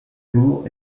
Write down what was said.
tours